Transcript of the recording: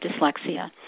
dyslexia